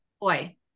Boy